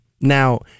now